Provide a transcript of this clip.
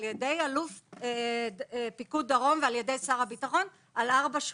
אלוף פיקוד דרום ושר הביטחון על ארבע שכונות.